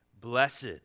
Blessed